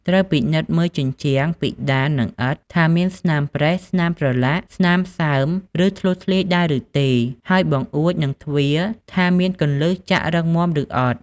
ត្រូវពិនិត្យមើលជញ្ជាំង ពិដាន និងឥដ្ឋ ថាមានស្នាមប្រេះ ស្នាមប្រឡាក់ ស្នាមសើម ឬធ្លុះធ្លាយដែរឬទេ ហើយបង្អួច និងទ្វារ ថាមានគន្លឹះចាក់រឹងមាំឬអត់។